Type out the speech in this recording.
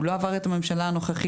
הוא לא עבר את הממשלה הנוכחית,